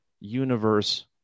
universe